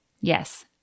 Yes